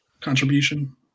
contribution